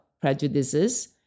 prejudices